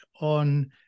on